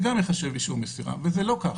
זה גם ייחשב אישור מסירה וזה לא כך.